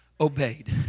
obeyed